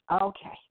Okay